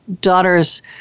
daughter's